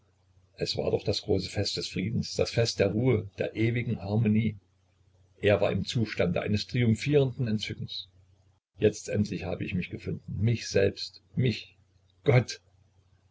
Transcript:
es war doch das große fest des friedens das fest der ruhe der ewigen harmonie er war im zustande eines triumphierenden entzückens jetzt endlich hab ich mich gefunden mich selbst mich gott